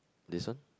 this one